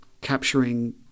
capturing